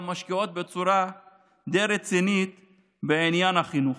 משקיעות בצורה די רצינית בעניין החינוך.